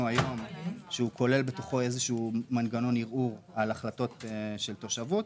היום שהוא כולל בתוכו איזשהו מנגנון ערעור על החלטות של תושבות.